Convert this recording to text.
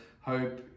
hope